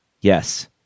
Yes